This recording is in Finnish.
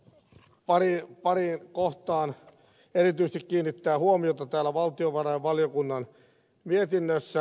haluan pariin kohtaan erityisesti kiinnittää huomiota täällä valtiovarainvaliokunnan mietinnössä